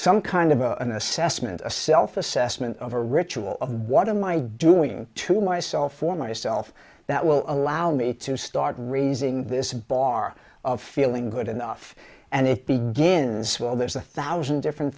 some kind of a an assessment a self assessment of a ritual of what am i doing to myself or myself that will allow me to start raising this bar of feeling good enough and it begins well there's a thousand different